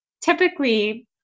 typically